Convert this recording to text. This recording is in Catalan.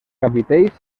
capitells